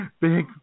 Big